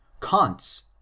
kant's